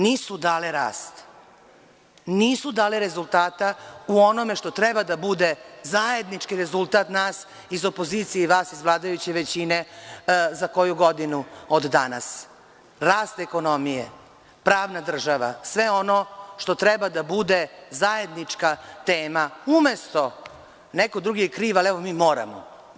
Nisu dale rast, nisu dale rezultata o onome što treba da bude zajednički rezultat nas iz opozicije i vas iz vladajuće većine, za koju godinu od danas, rast ekonomije, pravna država, sve ono što treba da bude zajednička tema, umesto – neko drugo je kriv, ali mi moramo.